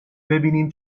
ببینیم